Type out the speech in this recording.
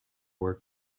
work